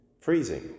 freezing